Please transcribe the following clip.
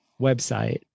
website